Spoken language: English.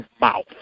mouth